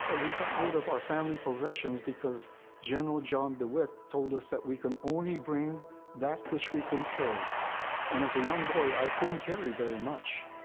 ah we got rid of our family possessions because general john dewitt told us that we can only bring that which we can carry. and as a young boy, i couldn't carry very much.